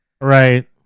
Right